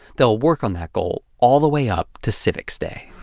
they'll work on that goal all the way up to civics day.